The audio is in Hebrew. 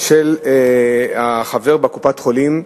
של החבר בקופת-החולים.